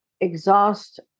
exhaust